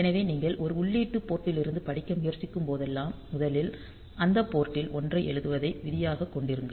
எனவே நீங்கள் ஒரு உள்ளீட்டு போர்ட் லிருந்து படிக்க முயற்சிக்கும் போதெல்லாம் முதலில் அந்த போர்ட் டில் 1 ஐ எழுதுவதை விதியாக கொண்டிருங்கள்